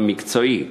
המקצועי,